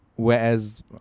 Whereas